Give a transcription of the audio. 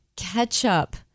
Ketchup